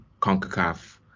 CONCACAF